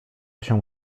się